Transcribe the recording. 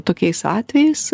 tokiais atvejais